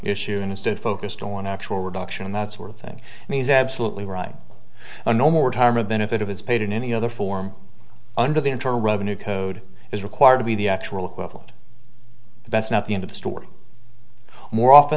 issue instead focused on actual reduction and that sort of thing and he's absolutely right a normal retirement benefit of his paid in any other form under the internal revenue code is required to be the actual equivalent that's not the end of the story more often